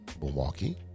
Milwaukee